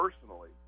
personally